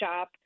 Shop